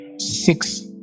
Six